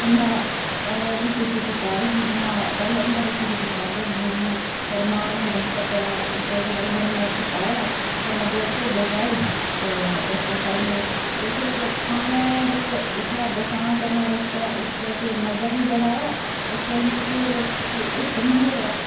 कन्नै रुट्टी शुट्टी पाई दी ही जियां पैह्लें इ'यां रुट्टी शुट्टी पांदे होंदे हे जियां रमाल होंदा हा कपड़ा उस्सै च थोह्ड़ा लून मर्च पाया कन्नै दो ढोडे पाए ते रस्तै खाई ले उस खाने ते जेह्का बसां करना रस्तै उस तै च मजा बी बड़ा आया ते चलने च हुट्टन बी होएआ